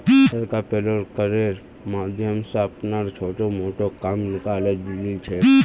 सरकार पेरोल करेर माध्यम स अपनार छोटो मोटो काम निकाले ली छेक